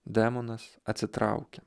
demonas atsitraukia